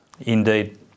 Indeed